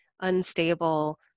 unstable